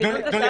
אותם.